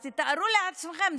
אז תתארו לעצמכם,